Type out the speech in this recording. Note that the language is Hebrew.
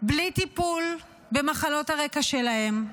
בלי טיפול במחלות הרקע שלהם,